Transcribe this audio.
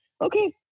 Okay